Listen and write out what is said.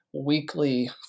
weekly